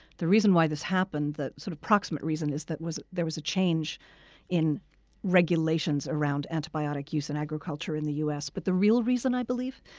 the reason why this happened, that sort of proximate reason, is that there was a change in regulations around antibiotic use in agriculture in the us. but the real reason, i believe,